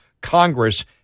Congress